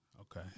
Okay